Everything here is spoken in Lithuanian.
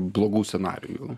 blogų scenarijų